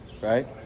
right